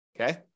Okay